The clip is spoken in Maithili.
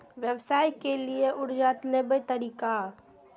व्यवसाय के लियै कर्जा लेबे तरीका?